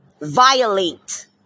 violate